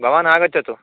भवान् आगच्छतु